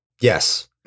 Yes